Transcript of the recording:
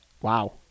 Wow